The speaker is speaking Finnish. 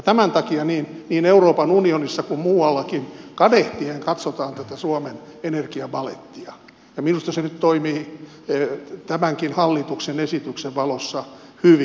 tämän takia niin euroopan unionissa kuin muuallakin kadehtien katsotaan tätä suomen energiapalettia ja minusta se nyt toimii tämänkin hallituksen esityksen valossa hyvin